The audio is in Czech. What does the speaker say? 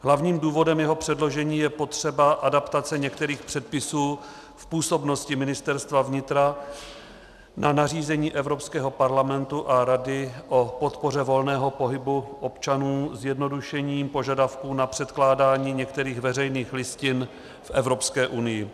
Hlavním důvodem jeho předložení je potřeba adaptace některých předpisů v působnosti Ministerstva vnitra na nařízení Evropského parlamentu a Rady o podpoře volného pohybu občanů zjednodušením požadavků na předkládání některých veřejných listin v Evropské unii.